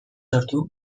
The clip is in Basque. sortu